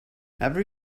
every